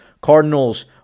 Cardinals